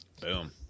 Boom